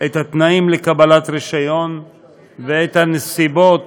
את התנאים לקבלת רישיון ואת הנסיבות